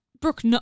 Brooke